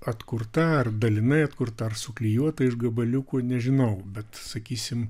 atkurta ar dalinai atkurta ar suklijuota iš gabaliukų nežinau bet sakysim